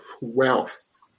wealth